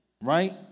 right